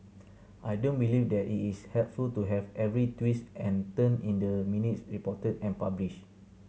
I don't believe that it is helpful to have every twist and turn in the minutes reported and published